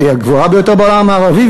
היא הגבוהה ביותר בעולם המערבי,